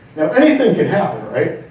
now, anything can happen, right?